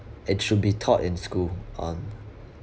it should be taught in schooled on